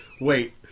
wait